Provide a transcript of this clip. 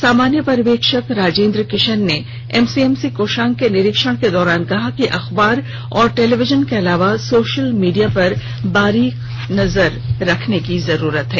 सामान्य पर्यवेक्षक राजेंद्र किशन ने एमसीएमसी कोषांग के निरीक्षण के दौरान कहा कि अखबार और टेलीविजन के अलावा सोशल मीडिया पर बारीक नजर रखने की जरूरत है